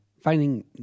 finding